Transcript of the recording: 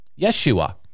Yeshua